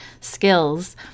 skills